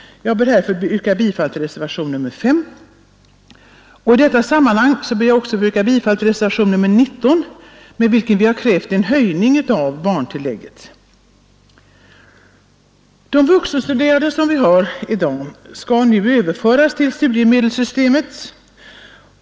Jag ber att få yrka bifall till reservationen 5. I detta sammanhang ber jag också att få yrka bifall till reservationen 19, där vi har krävt en höjning av barntillägget.